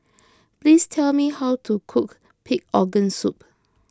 please tell me how to cook Pig Organ Soup